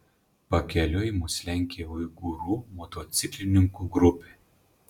pakeliui mus lenkė uigūrų motociklininkų grupė